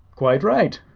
quite right,